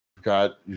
got